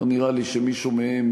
לא נראה לי שמישהו מהם